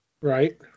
Right